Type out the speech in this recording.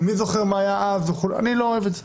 ומי זוכר מה היה אז, וכו', אני לא אוהב את זה.